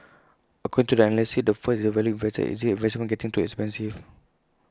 according to the analyst the first is the value investor is this investment getting too expensive